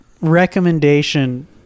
recommendation